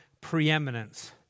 preeminence